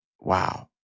Wow